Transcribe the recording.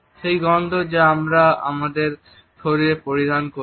সেই গন্ধ যা আমরা আমাদের শরীরে পরিধান করি